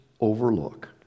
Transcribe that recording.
overlook